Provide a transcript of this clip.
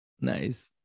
nice